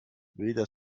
weder